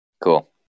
Cool